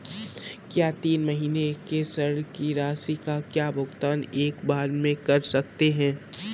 क्या तीन महीने के ऋण की राशि का भुगतान एक बार में कर सकते हैं?